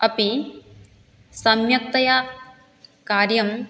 अपि सम्यक्तया कार्यं